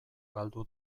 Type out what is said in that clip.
galdu